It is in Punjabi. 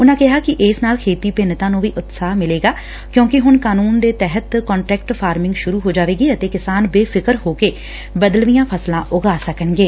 ਉਨਾਂ ਕਿਹਾ ਕਿ ਇਸ ਨਾਲ ਖੇਤੀ ਭਿੰਨਤਾ ੍ਰੰ ਵੀ ਉਤਸ਼ਾਹ ਮਿਲੇਗਾ ਕਿਉਂਕਿ ਹੁਣ ਕਾਨ੍ਰੰਨ ਦੇ ਤਹਿਤ ਕਾਂਟਰੈਕਟ ਫਾਰਮਿੰਗ ਸੁਰੁ ਹੋ ਜਾਵੇਗੀ ਅਤੇ ਕਿਸਾਨ ਬੇਫ਼ਿਕਰ ਹੋ ਕੇ ਬਦਲਵੀਆ ਫਸਲਾ ਉਗਾ ਸਕਣਗੇ